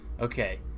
Okay